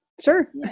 sure